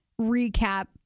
recap